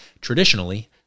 traditionally